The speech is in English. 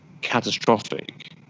catastrophic